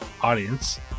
Audience